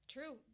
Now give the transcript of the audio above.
True